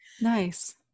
Nice